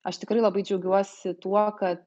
aš tikrai labai džiaugiuosi tuo kad